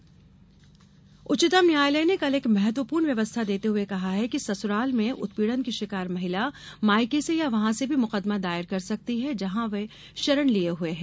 उच्चतम न्यायालय उच्चतम न्यायालय ने कल एक महत्वपूर्ण व्यवस्था देते हुए कहा कि ससुराल में उत्पीड़न की शिकार महिला मायके से या वहां से भी मुकदमा दायर करा सकती है जहां वह शरण लिये हुए है